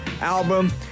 album